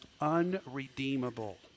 unredeemable